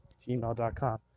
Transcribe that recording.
gmail.com